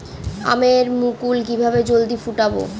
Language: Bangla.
আমের মুকুল কিভাবে জলদি ফুটাব?